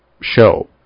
show